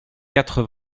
quatre